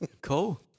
cool